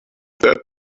that